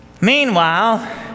Meanwhile